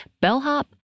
bellhop